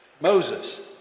Moses